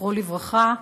זכרו לברכה.